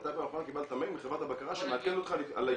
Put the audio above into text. מתי בפעם האחרונה קיבלת מייל מחברת הבקרה שמעדכן אותך על ההתקדמות?